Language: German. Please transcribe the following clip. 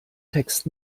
text